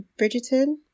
Bridgerton